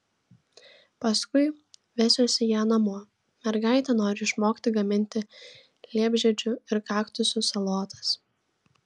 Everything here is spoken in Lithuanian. paskui vesiuosi ją namo mergaitė nori išmokti gaminti liepžiedžių ir kaktusų salotas